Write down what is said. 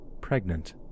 pregnant